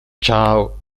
ciao